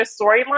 storyline